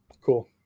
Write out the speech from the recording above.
Cool